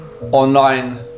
online